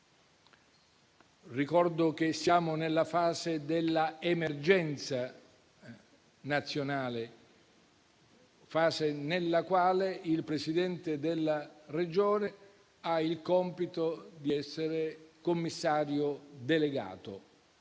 Ricordo che siamo nella fase dell'emergenza nazionale, fase nella quale il Presidente della Regione ha il compito di essere commissario delegato.